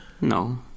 No